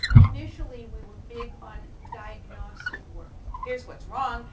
initially, we were big on diagnostic work here's what's wrong,